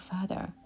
further